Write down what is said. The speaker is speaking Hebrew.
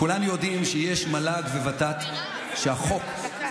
כולנו יודעים שיש מל"ג וות"ת, שהחוק,